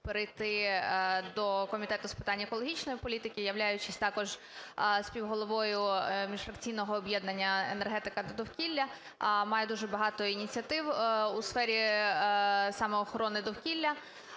перейти до Комітету з питань екологічної політики. Являючись також співголовою міжфракційного об'єднання "Енергетика та довкілля", маю дуже багато ініціатив у сфері саме охорони довкілля,